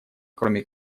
кроме